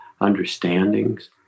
understandings